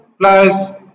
plus